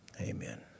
Amen